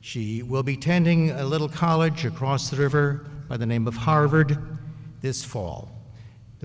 she will be tending a little college across the river by the name of harvard this fall the